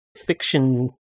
fiction